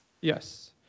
Yes